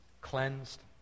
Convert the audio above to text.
cleansed